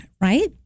right